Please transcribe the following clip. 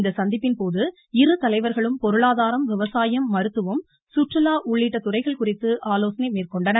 இந்த சந்திப்பின்போது இரு தலைவர்களும் பொருளாதாரம் விவசாயம் மருத்துவம் சுற்றுலா உள்ளிட்ட துறைகள் குறித்து ஆலோசனை மேற்கொண்டனர்